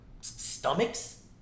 stomachs